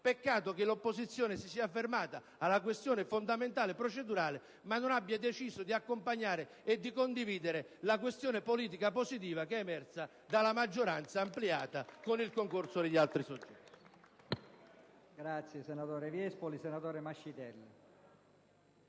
peccato che l'opposizione si sia fermata alla questione fondamentale di carattere procedurale e non abbia deciso di accompagnare e condividere la questione politica positiva emersa dalla maggioranza ampliata con il concorso degli altri soggetti